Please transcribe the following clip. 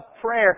prayer